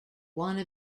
wanna